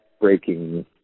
breaking